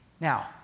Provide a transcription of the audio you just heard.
Now